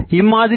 இம்மாதிரியான